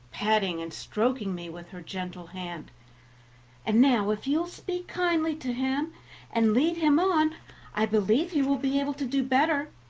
patting and stroking me with her gentle hand and now if you will speak kindly to him and lead him on i believe he will be able to do better.